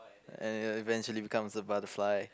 and eventually it becomes a butterfly